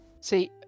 See